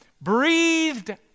breathed